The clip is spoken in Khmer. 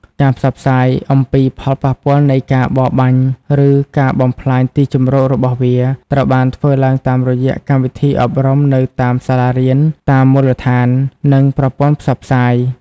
ការផ្សព្វផ្សាយអំពីផលប៉ះពាល់នៃការបរបាញ់ ឬការបំផ្លាញទីជម្រករបស់វា ត្រូវបានធ្វើឡើងតាមរយៈកម្មវិធីអប់រំនៅតាមសាលារៀន តាមមូលដ្ឋាន និងប្រព័ន្ធផ្សព្វផ្សាយ។